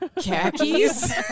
khakis